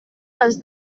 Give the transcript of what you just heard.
les